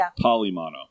polymono